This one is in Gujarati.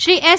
શ્રી એસ